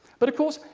but of course,